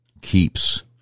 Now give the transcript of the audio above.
keeps